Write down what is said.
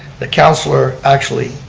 the councilor actually